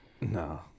No